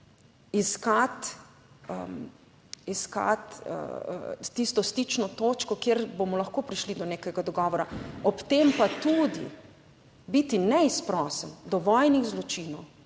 iskati tisto stično točko, kjer bomo lahko prišli do nekega dogovora. Ob tem pa tudi biti neizprosen do vojnih zločinov,